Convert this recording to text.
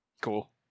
Cool